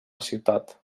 ciutat